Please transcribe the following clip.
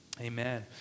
amen